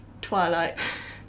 Twilight